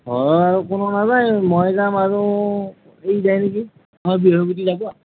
ঘৰৰ কোনো নাযায় মই যাম আৰু সি যায় নিকি আমাৰ বিহৰগুটি যাব আ